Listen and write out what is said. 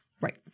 Right